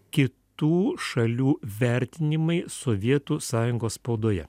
kitų šalių vertinimai sovietų sąjungos spaudoje